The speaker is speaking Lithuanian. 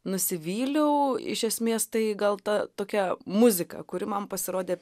nusivyliau iš esmės tai gal ta tokia muzika kuri man pasirodė